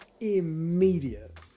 immediate